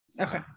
okay